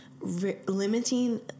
limiting